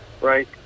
Right